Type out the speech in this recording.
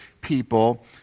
people